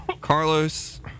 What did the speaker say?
Carlos